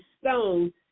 stone